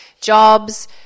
Jobs